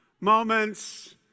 moments